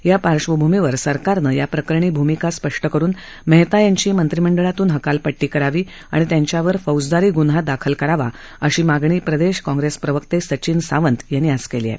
या पार्श्वभूमीवर सरकारने याप्रकरणी भूमिका स्पष्ट करून मेहता यांची मंत्रिमंडळातून हकालपट्टी करावी आणि त्यांच्यावर फौजदारी ग्न्हा दाखल करावा अशी मागणी प्रदेश काँग्रेस प्रवक्ते सचिन सावंत यांनी केली आहे